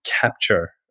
capture